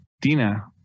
Dina